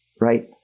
Right